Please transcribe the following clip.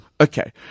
Okay